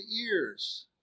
ears